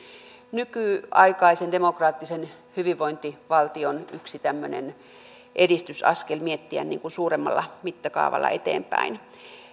nykyaikaisen demokraattisen hyvinvointivaltion yksi edistysaskel miettiä suuremmalla mittakaavalla eteenpäin